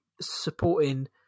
supporting